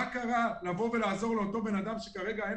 לבוא ולעזור לאותו בן-אדם שכרגע אין